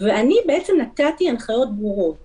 ואני נתתי הנחיות ברורות